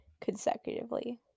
consecutively